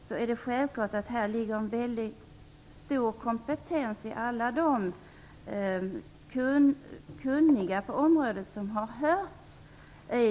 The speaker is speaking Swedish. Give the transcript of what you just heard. Alla de kunniga på området som har hörts i det här ämnet har en mycket stor kompetens.